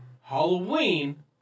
Halloween